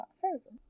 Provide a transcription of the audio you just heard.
frozen